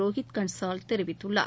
ரோகித் கன்சால் தெரிவித்துள்ளார்